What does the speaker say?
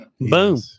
Boom